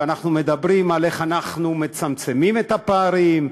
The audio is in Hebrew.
אנחנו מדברים על איך אנחנו מצמצמים את הפערים.